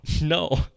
No